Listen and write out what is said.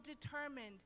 determined